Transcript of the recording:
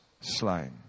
slain